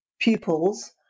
pupils